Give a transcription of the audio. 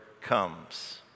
comes